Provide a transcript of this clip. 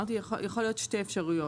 אמרתי שיכולות להיות שתי אפשרויות.